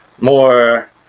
More